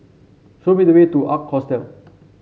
show me the way to Ark Hostel